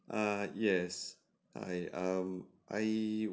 err yes I um I